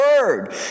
word